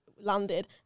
landed